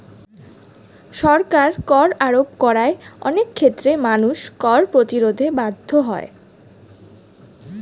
সরকার কর আরোপ করায় অনেক ক্ষেত্রে মানুষ কর প্রতিরোধে বাধ্য হয়